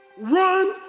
run